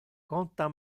conta